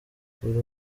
uru